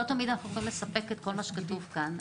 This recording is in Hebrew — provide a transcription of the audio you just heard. לא תמיד אנחנו יכולים לספק את כל מה שכתוב כאן,